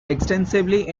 extensively